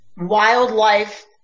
wildlife